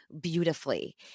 beautifully